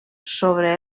sobre